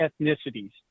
ethnicities